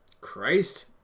Christ